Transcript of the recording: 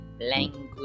language